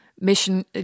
mission